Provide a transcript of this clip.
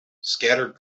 scattered